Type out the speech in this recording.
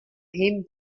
him